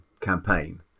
campaign